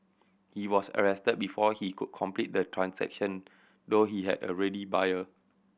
he was arrested before he could complete the transaction though he had a ready buyer